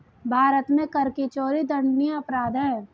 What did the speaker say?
भारत में कर की चोरी दंडनीय अपराध है